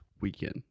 weekend